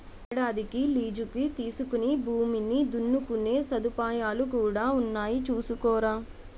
ఏడాదికి లీజుకి తీసుకుని భూమిని దున్నుకునే సదుపాయాలు కూడా ఉన్నాయి చూసుకోరా